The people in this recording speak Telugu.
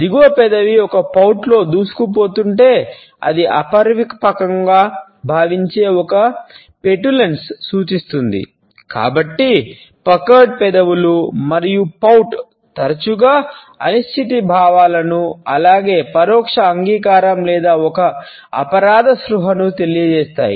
దిగువ పెదవి ఒక పౌట్లో తెలియజేస్తాయి